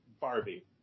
barbie